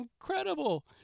incredible